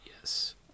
Yes